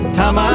time